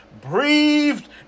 breathed